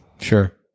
Sure